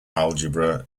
algebra